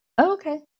Okay